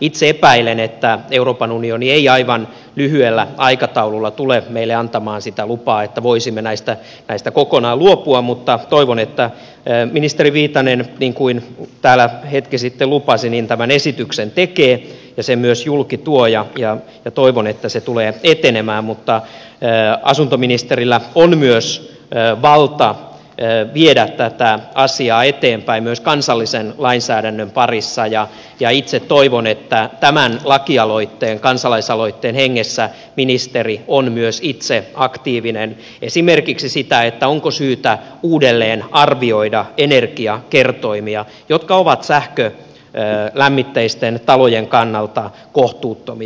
itse epäilen että euroopan unioni ei aivan lyhyellä aikataululla tule meille antamaan sitä lupaa että voisimme näistä kokonaan luopua mutta toivon että ministeri viitanen niin kuin hän täällä hetki sitten lupasi tämän esityksen tekee ja sen myös julki tuo ja toivon että se tulee etenemään mutta asuntoministerillä on valta viedä tätä asiaa eteenpäin myös kansallisen lainsäädännön parissa ja itse toivon että tämän lakialoitteen kansalaisaloitteen hengessä ministeri on myös itse aktiivinen esimerkiksi siinä onko syytä uudelleen arvioida energiakertoimia jotka ovat sähkölämmitteisten talojen kannalta kohtuuttomia